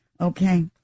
Okay